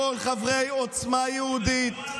לכל חברי עוצמה יהודית,